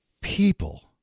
people